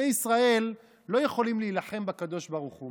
שונאי ישראל לא יכולים להילחם בקדוש ברוך הוא.